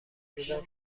روزم